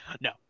No